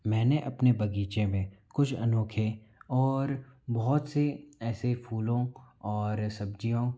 मैंने अपने बगीचे में कुछ अनोखे और बहुत से ऐसे फूलों और सब्जिओं